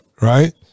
right